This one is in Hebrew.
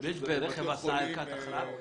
ברכב הסעה יש ערכת החייאה?